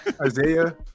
Isaiah